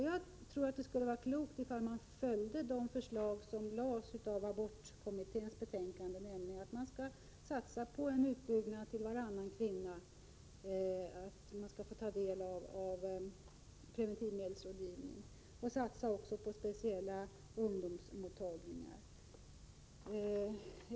Jag tror det vore klokt att följa det förslag som lades fram av abortkommittén, nämligen att satsa på en utbyggnad så att vi med preventivmedelsrådgivningen når varannan kvinna, och satsa även på speciella ungdomsmottagningar.